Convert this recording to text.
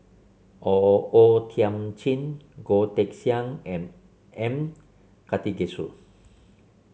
O O Thiam Chin Goh Teck Sian and M Karthigesu